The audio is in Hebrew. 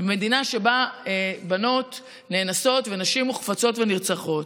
מדינה שבה בנות נאנסות ונשים מוחפצות ונרצחות.